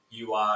UI